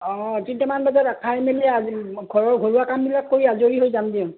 অঁ তিনিটামান বজাত খাই মেলি ঘৰৰ ঘৰুৱা কামবিলাক কৰি আজৰি হৈ যাম